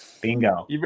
bingo